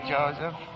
Joseph